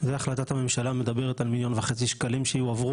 זה החלטת הממשלה מדברת על 1.5 שקלים שיועברו